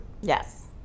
Yes